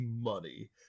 money